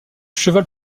cheval